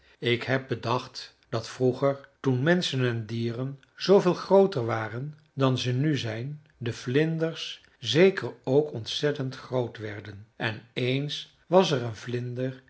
ik heb bedacht dat vroeger toen menschen en dieren zooveel grooter waren dan ze nu zijn de vlinders zeker ook ontzettend groot werden en eens was er een vlinder